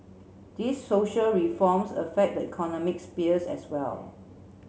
these social reforms affect the economic sphere as well